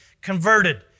converted